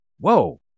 Whoa